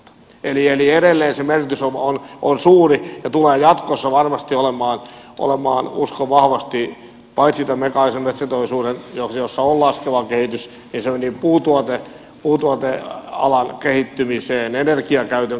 edelleen sen merkitys on suuri ja tulee jatkossa varmasti olemaan uskon vahvasti paitsi tämän mekaanisen metsäteollisuuden jossa on ollut laskeva kehitys myös puutuotealan kehittymiselle energiakäytön kehittymiselle